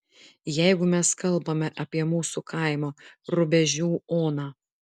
jeigu mes kalbame apie mūsų kaimo rubežių oną